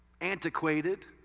antiquated